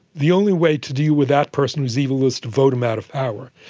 the only way to deal with that person who is evil is to vote him out of power,